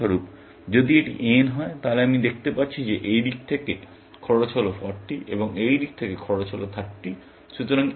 উদাহরণস্বরূপ যদি এটি n হয় তাহলে আমি দেখতে পাচ্ছি যে এই দিক থেকে খরচ হল 40 এবং এই দিক থেকে খরচ হল 30